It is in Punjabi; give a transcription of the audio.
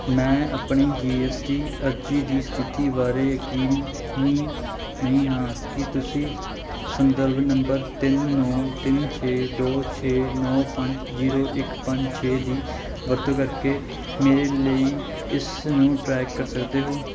ਮੈਂ ਆਪਣੀ ਜੀ ਐੱਸ ਟੀ ਅਰਜ਼ੀ ਦੀ ਸਥਿਤੀ ਬਾਰੇ ਯਕੀਨੀ ਨਹੀਂ ਹਾਂ ਕੀ ਤੁਸੀਂ ਸੰਦਰਭ ਨੰਬਰ ਤਿੰਨ ਨੌਂ ਤਿੰਨ ਛੇ ਦੋ ਛੇ ਨੌਂ ਪੰਜ ਜ਼ੀਰੋ ਇੱਕ ਪੰਜ ਛੇ ਦੀ ਵਰਤੋਂ ਕਰਕੇ ਮੇਰੇ ਲਈ ਇਸ ਨੂੰ ਟਰੈਕ ਕਰ ਸਕਦੇ ਹੋ